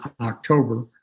October